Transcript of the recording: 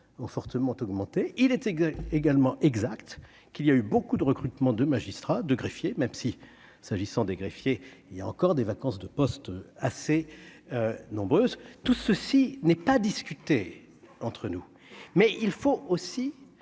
ont fortement augmenté, il était également exact qu'il y a eu beaucoup de recrutements de magistrats, de greffiers, même si, s'agissant des greffiers, il y a encore des vacances de postes assez nombreuses, tout ceci n'est pas discuter entre nous, mais il faut aussi